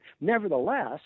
Nevertheless